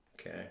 Okay